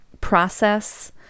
process